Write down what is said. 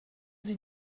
sie